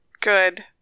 Good